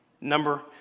Number